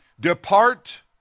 Depart